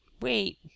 wait